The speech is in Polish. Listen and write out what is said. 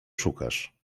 szukasz